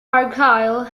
argyle